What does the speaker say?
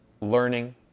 Learning